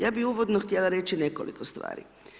Ja bih uvodno htjela reći nekoliko stvari.